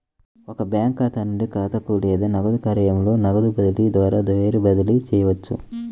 ఒక బ్యాంకు ఖాతా నుండి ఖాతాకు లేదా నగదు కార్యాలయంలో నగదు బదిలీ ద్వారా వైర్ బదిలీ చేయవచ్చు